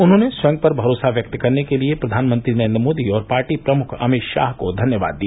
उन्होंने स्वयं पर भरोसा व्यक्त करने के लिए प्रधानमंत्री नरेन्द्र मोदी और पार्टी प्रमुख अमित शाह को धन्यवाद दिया